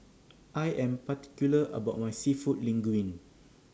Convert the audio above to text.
I Am particular about My Seafood Linguine